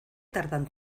tardan